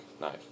knife